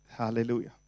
Hallelujah